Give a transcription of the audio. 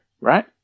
right